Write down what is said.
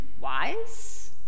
wise